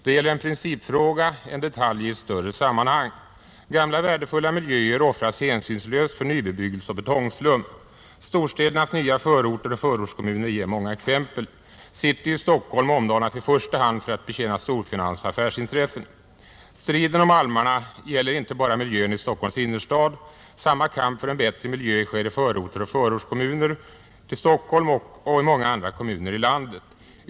Det gäller en principfråga, en detalj i ett större sammanhang.” Gamla värdefulla miljöer offras hänsynslöst för nybebyg gelse och betongslum. Storstädernas nya förorter och förortskommuner ger många exempel. City i Stockholm omdanas i första hand för att betjäna storfinans och affärsintressen. Striden om almarna gäller inte bara miljön i Stockholms innerstad. Samma kamp för en bättre miljö sker i förorter och förortskommuner runt Stockholm och i många andra kommuner i landet.